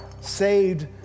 saved